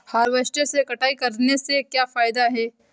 Harvester से कटाई करने से क्या फायदा है?